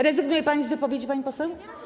Rezygnuje pani z wypowiedzi, pani poseł?